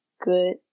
good